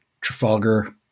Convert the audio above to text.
Trafalgar